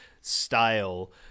style